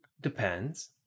depends